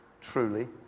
truly